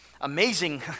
amazing